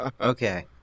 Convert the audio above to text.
Okay